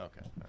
Okay